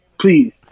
Please